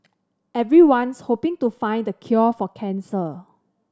everyone's hoping to find the cure for cancer